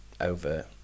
over